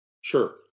Sure